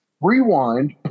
rewind